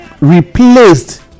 replaced